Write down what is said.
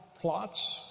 plots